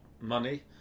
money